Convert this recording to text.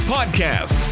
Podcast